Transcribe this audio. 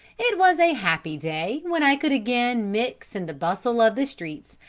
it was a happy day when i could again mix in the bustle of the streets,